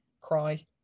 cry